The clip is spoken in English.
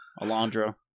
Alondra